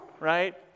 right